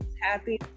happy